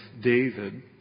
David